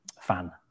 fan